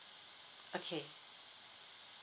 okay